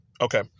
Okay